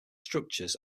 structures